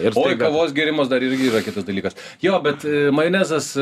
ir kavos gėrimas dar irgi yra kitas dalykas jo bet majonezas